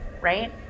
right